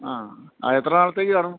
ആ ആ എത്ര നാളത്തേക്കു കാണും